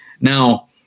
Now